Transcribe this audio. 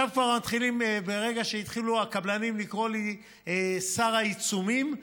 ברגע שהתחילו הקבלנים לקרוא לי "שר העיצומים",